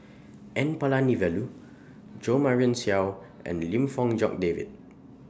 N Palanivelu Jo Marion Seow and Lim Fong Jock David